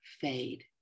fade